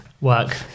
work